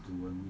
ya